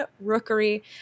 rookery